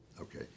Okay